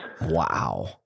Wow